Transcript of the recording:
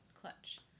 clutch